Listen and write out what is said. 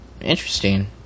Interesting